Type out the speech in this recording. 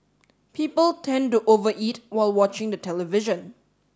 people tend to over eat while watching the television